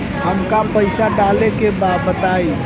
हमका पइसा डाले के बा बताई